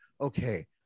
okay